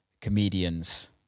comedians